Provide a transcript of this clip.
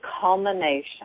culmination